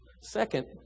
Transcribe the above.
Second